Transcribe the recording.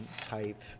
type